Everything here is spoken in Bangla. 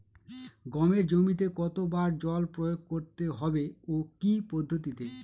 গমের জমিতে কতো বার জল প্রয়োগ করতে হবে ও কি পদ্ধতিতে?